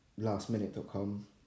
lastminute.com